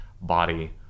body